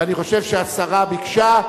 ואני חושב שהשרה ביקשה,